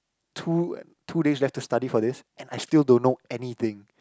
two two days left to study for this and I still don't know anything